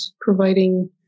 providing